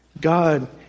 God